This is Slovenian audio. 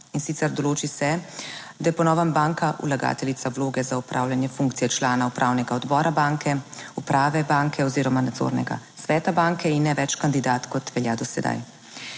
In sicer, določi se, da je po novem banka vlagateljica vloge za opravljanje funkcije člana upravnega odbora banke, uprave banke oziroma nadzornega sveta banke in ne več kandidat kot velja do sedaj.